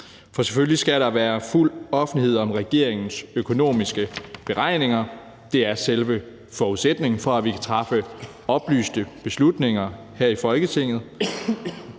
for selvfølgelig skal der være fuld offentlighed om regeringens økonomiske beregninger – det er selve forudsætningen for, at vi kan træffe beslutninger på et